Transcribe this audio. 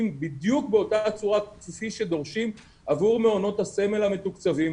בדיוק באותה צורה כפי שדורשים עבור מעונות הסמל המתוקצבים.